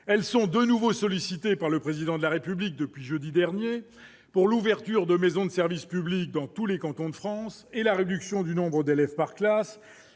elles sont de nouveau sollicitées par le Président de la République depuis jeudi dernier, pour l'ouverture de maisons de services publics dans tous les cantons de France et la réduction du nombre d'élèves par classe.